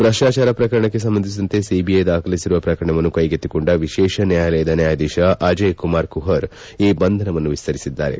ಭ್ರಷ್ಟಾಚಾರ ಪ್ರಕರಣಕ್ಷೆ ಸಂಬಂಧಿಸಿದಂತೆ ಸಿಬಿಐ ದಾಖಲಿಸಿರುವ ಪ್ರಕರಣವನ್ನು ಕೈಗೆತ್ತಿಕೊಂಡ ವಿಶೇಷ ನ್ವಾಯಾಲಯದ ನ್ಯಾಯಾಧೀಶ ಅಜಯ್ಕುಮಾರ್ ಕುಪರ್ ಈ ಬಂಧನವನ್ನು ವಿಸ್ತರಿಸಿದ್ದಾರೆ